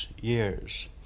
years